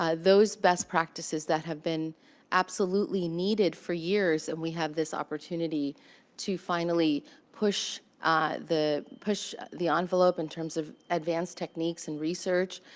ah those best practices that have been absolutely needed for years and we have this opportunity to finally push the push the envelope in terms of advanced techniques and research.